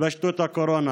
התפשטות הקורונה.